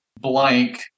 blank